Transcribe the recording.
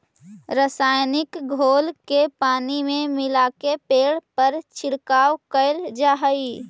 रसायनिक घोल के पानी में मिलाके पेड़ पर छिड़काव कैल जा हई